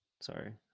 Sorry